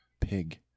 pig